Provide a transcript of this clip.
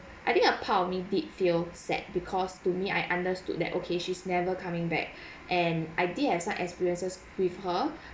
I think a part of me did feel sad because to me I understood that okay she's never coming back and I did have some experiences with her